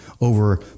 over